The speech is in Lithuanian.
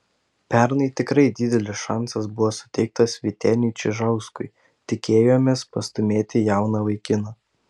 pernai tikrai didelis šansas buvo suteiktas vyteniui čižauskui tikėjomės pastūmėti jauną vaikiną